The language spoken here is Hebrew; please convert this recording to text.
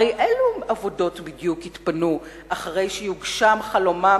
הרי אילו עבודות בדיוק יתפנו אחרי שיוגשם חלומם